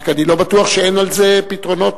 רק אני לא בטוח שאין לזה פתרונות,